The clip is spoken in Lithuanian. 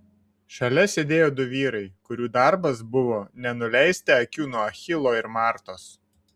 šalia sėdėjo du vyrai kurių darbas buvo nenuleisti akių nuo achilo ir martos